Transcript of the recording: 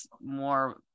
more